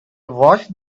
watched